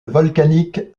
volcanique